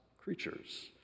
creatures